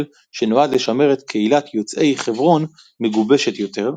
שנועד לשמר את קהילת יוצאי חברון מגובשת יותר,